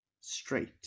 straight